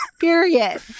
period